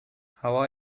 how